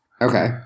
Okay